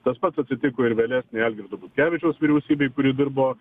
tas pats atsitiko ir vėlesnei algirdo butkevičiaus vyriausybei kuri dirbo